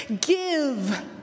give